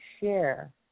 share